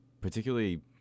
particularly –